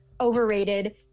overrated